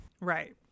Right